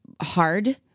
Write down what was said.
Hard